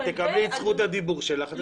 כשתקבלי את זכות הדיבור שלך את תדברי.